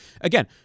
again